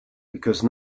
because